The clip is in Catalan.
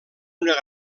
una